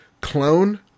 clone